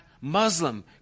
Muslim